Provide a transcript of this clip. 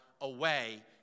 away